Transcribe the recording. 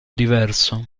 diverso